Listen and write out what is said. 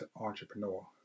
entrepreneur